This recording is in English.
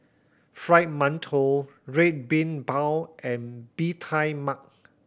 Fried Mantou Red Bean Bao and Bee Tai Mak